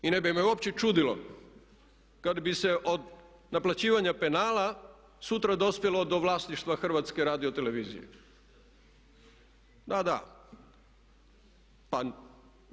I ne bi me uopće čudilo kad bi se od naplaćivanja penala sutra dospjelo do vlasništva HRT-a.